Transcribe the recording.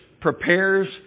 prepares